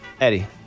Eddie